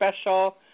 special